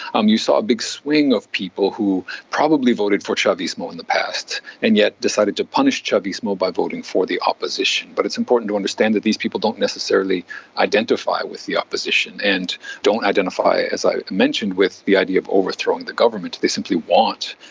um you saw a big swing of people who probably voted for chavismo in the past, and yet decided to punish chavismo by voting for the opposition. but it's important to understand that these people don't necessarily identify with the opposition and don't identify, as i mentioned, with the idea of overthrowing the government, they simply want,